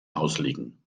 auslegen